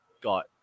got